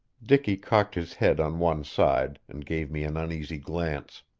dicky cocked his head on one side, and gave me an uneasy glance.